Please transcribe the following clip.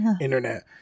internet